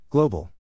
Global